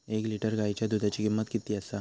एक लिटर गायीच्या दुधाची किमंत किती आसा?